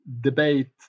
debate